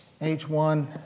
h1